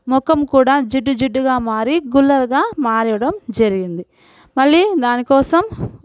మొఖం కూడా జిడ్డు జిడ్డుగా మారి గుల్లలుగా మారడం జరిగింది మళ్ళీ దాని కోసం